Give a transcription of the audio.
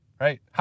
Right